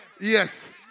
Yes